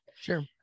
Sure